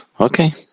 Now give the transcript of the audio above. Okay